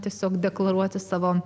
tiesiog deklaruoti savo